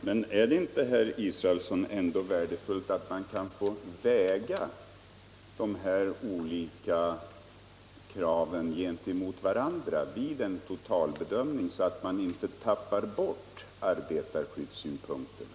Herr talman! Är det inte, herr Israelsson, ändå värdefullt att man kan få väga dessa olika krav gentemot varandra vid en total bedömning, så att man inte tappar bort arbetarskyddssynpunkterna?